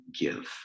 give